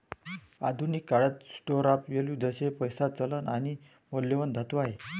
आधुनिक काळात store of value जसे पैसा, चलन आणि मौल्यवान धातू आहे